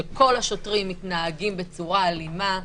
שכל השוטרים מתנהגים בצורה אלימה,